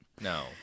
No